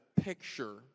picture